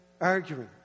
arguing